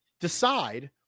decide